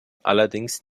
allerdings